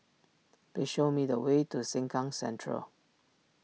please show me the way to Sengkang Central